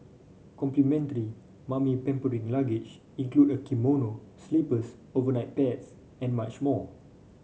complimentary mummy pampering luggage including a kimono slippers overnight pads and much more